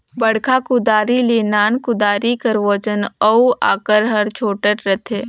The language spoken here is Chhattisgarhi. बड़खा कुदारी ले नान कुदारी कर ओजन अउ अकार हर छोटे रहथे